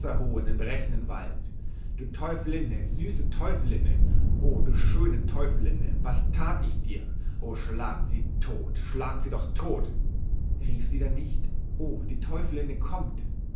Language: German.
den brechenden wald du teufelinne süße teufelinne o du schöne teufelinne was tat ich dir o schlagt sie tot schlagt sie doch tot rief sie da nicht oh die teufelinne kommt